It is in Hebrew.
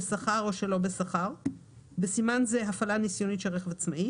בשכר או שלא בשכר (בסימן זה הפעלה ניסיונית של רכב עצמאי),